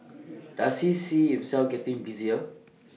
does he see himself getting busier